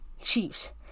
Chiefs